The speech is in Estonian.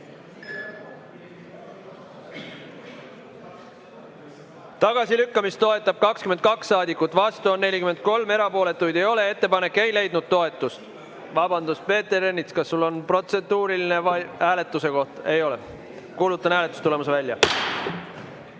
Tagasilükkamist toetab 22 saadikut, vastu on 43, erapooletuid ei ole. Ettepanek ei leidnud toetust. Vabandust! Peeter Ernits, kas sul on protseduuriline hääletuse kohta? Ei ole. Kuulutan hääletustulemuse välja.